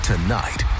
Tonight